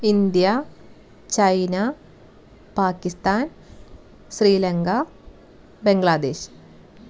India China Pakistan Sri Lanka Bangladesh